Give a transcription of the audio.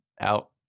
out